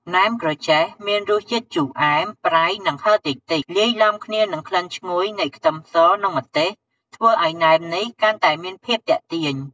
ណែមក្រចេះមានរសជាតិជូរអែម ប្រៃ និងហឹរតិចៗ លាយឡំគ្នានឹងក្លិនឈ្ងុយនៃខ្ទឹមសនិងម្ទេស ធ្វើឱ្យណែមនេះកាន់តែមានភាពទាក់ទាញ។